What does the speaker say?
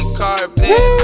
carpet